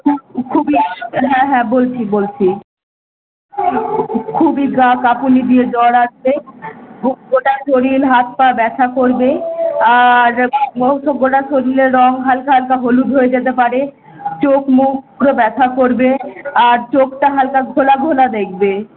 খুবই হ্যাঁ হ্যাঁ বলছি বলছি খুবই গা কাঁপুনি দিয়ে জ্বর আসবে গোটা শরীর হাত পা ব্যথা করবে আর সমস্ত গোটা শরীরে রং হালকা হালকা হলুদ হয়ে যেতে পারে চোক মুখ পুরো ব্যথা করবে আর চোখটা হালকা ঘোলা ঘোলা দেখবে